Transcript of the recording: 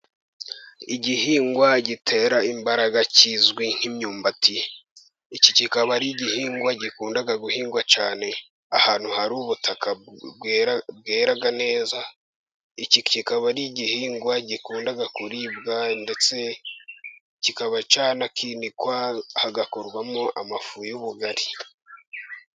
Igihingwa gitera imbaraga kizwi nk'imyumbati, iki kikaba ari igihingwa gikunda guhingwa cyane ahantu hari ubutakara bwera neza, iki kikaba ari igihingwa gikunda kuribwa ndetse kikaba cyanakinikwa hagakorwamo ifu y'ubugari.